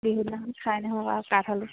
বিহু দিনাখন খায় নহয় কাঠ আলু